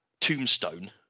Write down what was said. tombstone